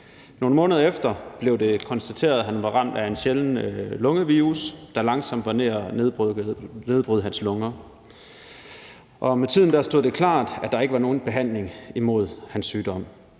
Nogle måneder efter blev det konstateret, at han var ramt af en sjælden lungevirus, der langsomt var ved at nedbryde hans lunger. Med tiden stod det klart, at der ikke var nogen behandling imod hans sygdom.